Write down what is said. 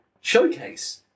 showcase